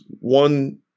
One